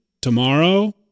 tomorrow